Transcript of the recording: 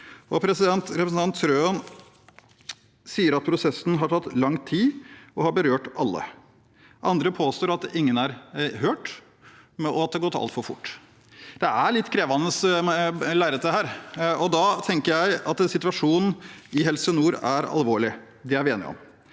Representanten Trøen sier at prosessen har tatt lang tid og har berørt alle. Andre påstår at ingen er hørt, og at det har gått altfor fort. Det er litt krevende, dette lerretet, og da tenker jeg at situasjonen i Helse nord er alvorlig. Det er vi enige om.